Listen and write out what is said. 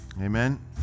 Amen